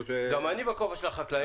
גם אני בכובע של החקלאים.